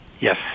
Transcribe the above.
Yes